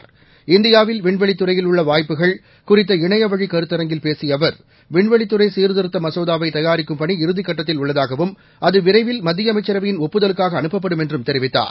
இந்தியாவில் விண்வெளித் துறையில் உள்ள வாய்ப்புகள் குறித்த இணையவழி கருத்தரங்கில் பேசிய அவர் வின்வெளித் துறை சீர்திருத்த மசோதாவை தயாரிக்கும் பணி இறதிக் கட்டத்தில் உள்ளதாகவும் அது விரைவில் மத்திய அமைச்சரவையின் ஒப்புதலுக்காக அனுப்பப்படும் என்றும் தெரிவித்தார்